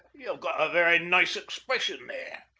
ye've got a very nice expression there.